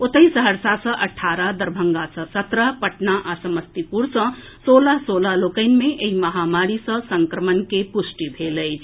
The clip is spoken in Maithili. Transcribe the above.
ओतहि सहरसा सँ अठारह दरभंगा सँ सत्रह पटना आ समस्तीपुर सँ सोलह सोलह लोकनि मे एहि महामारी सँ संक्रमण के पुष्टि भेल अछि